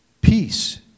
Peace